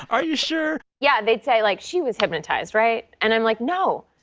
are you sure? yeah. they'd say, like, she was hypnotized, right? and i'm, like, no,